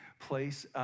place